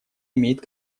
имеет